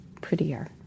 prettier